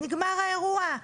נגמר האירוע.